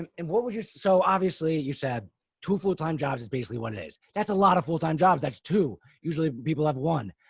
um and what was your, so obviously you said two full time jobs is basically what it is. that's a lot of full-time jobs. that's two, two, usually people have one,